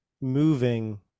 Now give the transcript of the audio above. moving